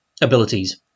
abilities